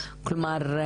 כלומר,